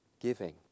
giving